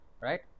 right